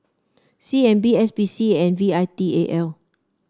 C N B S P C and V I T A L